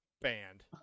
Banned